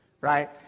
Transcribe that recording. right